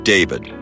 David